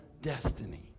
destiny